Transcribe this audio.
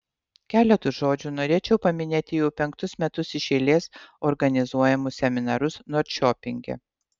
keletu žodžių norėčiau paminėti jau penktus metus iš eilės organizuojamus seminarus norčiopinge